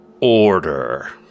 order